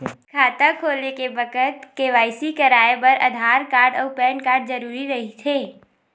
खाता खोले के बखत के.वाइ.सी कराये बर आधार कार्ड अउ पैन कार्ड जरुरी रहिथे